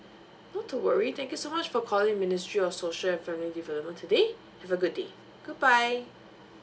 not to worry thank you so much for calling ministry of social and family development today have a good day good bye